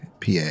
PA